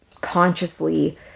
consciously